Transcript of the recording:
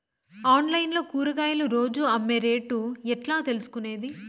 Online లో కూరగాయలు రోజు అమ్మే రేటు ఎట్లా తెలుసుకొనేది?